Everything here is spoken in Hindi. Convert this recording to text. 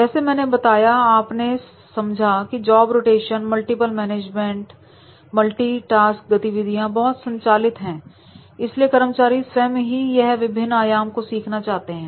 जैसे मैंने बताया और आपने समझा की जॉब रोटेशन मल्टीपल मैनेजमेंट और मल्टीटास्क गतिविधियां बहुत संचालित हैं इसलिए कर्मचारी स्वयं ही यह विभिन्न आयाम को सीखना चाहते हैं